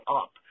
up